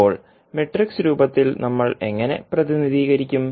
ഇപ്പോൾ മാട്രിക്സ് രൂപത്തിൽ നമ്മൾ എങ്ങനെ പ്രതിനിധീകരിക്കും